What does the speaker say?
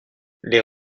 les